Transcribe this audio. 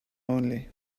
only